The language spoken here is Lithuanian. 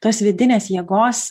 tos vidinės jėgos